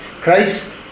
Christ